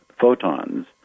photons